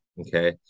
Okay